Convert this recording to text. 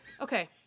Okay